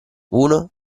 uno